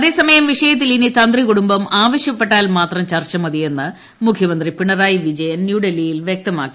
അതേസമയം വിഷയത്തിൽ ഇനി തന്ത്രികുടുംബം ആവശ്യപ്പെട്ടാൽ മാത്രം ചർച്ചമതിയെന്ന് മുഖ്യമ്ത്രി പിണറായി വിജയൻ ന്യൂഡൽഹിയിൽ വ്യക്തമാക്കി